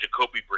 Jacoby